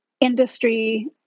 industry